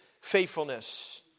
faithfulness